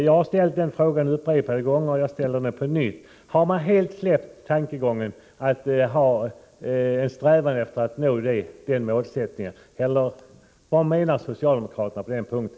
Jag har ställt denna fråga upprepade gånger och jag ställer den på nytt: Har man helt släppt tanken på att sträva efter att nå denna målsättning, eller vad menar socialdemokraterna på den punkten?